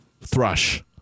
thrush